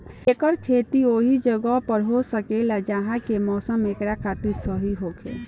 एकर खेती ओहि जगह पर हो सकेला जहा के मौसम एकरा खातिर सही होखे